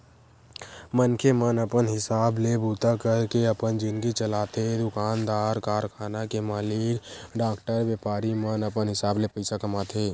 मनखे मन अपन हिसाब ले बूता करके अपन जिनगी चलाथे दुकानदार, कारखाना के मालिक, डॉक्टर, बेपारी मन अपन हिसाब ले पइसा कमाथे